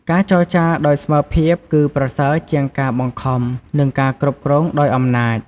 ការចរចាដោយស្មើភាពគឺប្រសើរជាងការបង្ខំ និងការគ្រប់គ្រងដោយអំណាច។